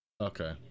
Okay